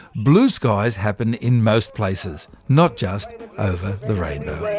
blue skies happen in most places, not just over the rainbow.